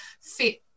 fit